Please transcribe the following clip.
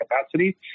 capacity